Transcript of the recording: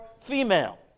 female